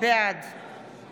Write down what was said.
בעד